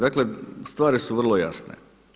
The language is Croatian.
Dakle, stvari su vrlo jasne.